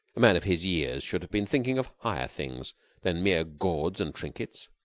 a man of his years should have been thinking of higher things than mere gauds and trinkets.